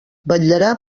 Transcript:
vetllarà